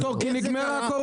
איך זה קרה?